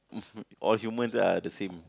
all humans are the same